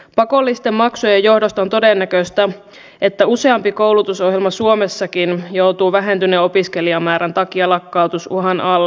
pakollisten maksujen johdosta on todennäköistä että useampi koulutusohjelma suomessakin joutuu vähentyneen opiskelijamäärän takia lakkautusuhan alle